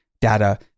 data